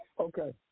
Okay